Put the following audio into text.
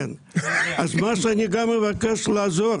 אני מבקש לעזור